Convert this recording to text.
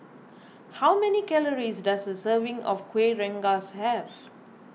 how many calories does a serving of Kuih Rengas have